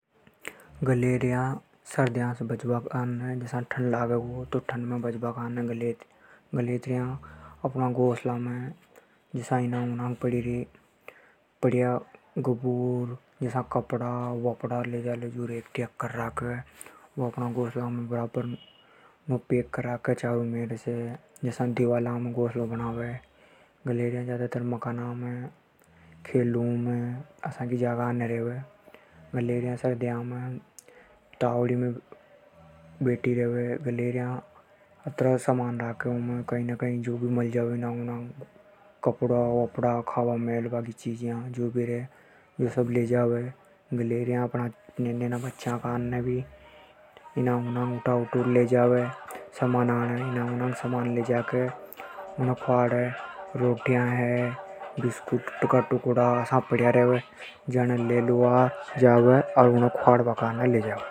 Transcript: गिलहरियां सर्दी से बचबा काने अपना घोंसला में पड़ी रेवे। घोंसला हे पैक कर के राखे नेव। ज्यादातर मकाना में, दीवारा में घोंसला बनावे। सर्दी में तावड़ी में बैठी रेवे। घोंसला में सब सामान जमा कर के राखे। अपणा बच्चा काने भी ले जावे।